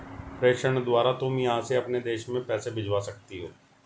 प्रेषण द्वारा तुम यहाँ से अपने देश में पैसे भिजवा सकती हो